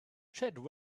chad